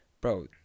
bro